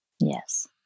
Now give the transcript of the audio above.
yes